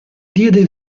diede